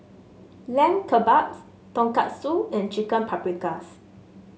Lamb Kebabs Tonkatsu and Chicken Paprikas